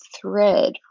thread